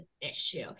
issue